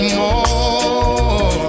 more